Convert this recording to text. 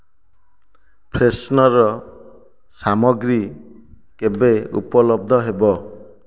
freshener ସାମଗ୍ରୀ କେବେ ଉପଲବ୍ଧ ହେବ